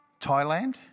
Thailand